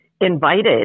invited